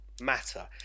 matter